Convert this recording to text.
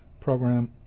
program